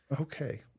okay